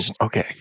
okay